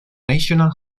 national